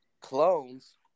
clones